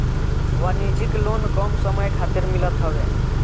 वाणिज्यिक लोन कम समय खातिर मिलत हवे